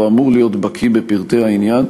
לא אמור להיות בקי בפרטי העניין,